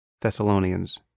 Thessalonians